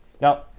Now